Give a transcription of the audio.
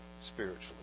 spiritually